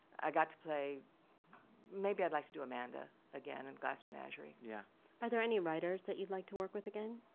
i got to play maybe i'd like to do amanda again in glass menagerie. yeah are there any writers that you'd like to work with again?